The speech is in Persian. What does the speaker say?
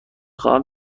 خواهم